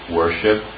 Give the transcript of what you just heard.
worship